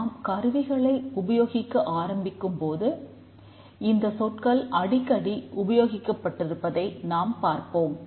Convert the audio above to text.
நாம் கருவிகளை உபயோகிக்க ஆரம்பிக்கும்போது இந்த சொற்கள் அடிக்கடி உபயோகிக்கப்பட்டிருப்பதை நாம் பார்ப்போம்